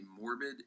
morbid